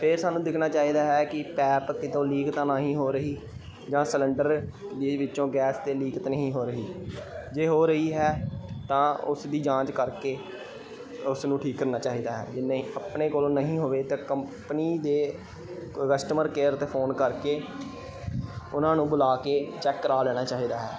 ਫੇਰ ਸਾਨੂੰ ਦੇਖਣਾ ਚਾਹੀਦਾ ਹੈ ਕਿ ਪੈਪ ਕਿਤੋਂ ਲੀਕ ਤਾਂ ਨਹੀਂ ਹੋ ਰਹੀ ਜਾਂ ਸਿਲੰਡਰ ਦੇ ਵਿੱਚੋਂ ਗੈਸ ਤੇ ਲੀਕ ਤਾਂ ਨਹੀਂ ਹੋ ਰਹੀ ਜੇ ਹੋ ਰਹੀ ਹੈ ਤਾਂ ਉਸ ਦੀ ਜਾਂਚ ਕਰਕੇ ਉਸਨੂੰ ਠੀਕ ਕਰਨਾ ਚਾਹੀਦਾ ਹੈ ਜੇ ਨਹੀਂ ਆਪਣੇ ਕੋਲੋਂ ਨਹੀਂ ਹੋਵੇ ਤਾਂ ਕੰਪਨੀ ਦੇ ਕਸਟਮਰ ਕੇਅਰ 'ਤੇ ਫੋਨ ਕਰਕੇ ਉਨ੍ਹਾਂ ਨੂੰ ਬੁਲਾ ਕੇ ਚੈੱਕ ਕਰਵਾ ਲੈਣਾ ਚਾਹੀਦਾ ਹੈ